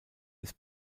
ist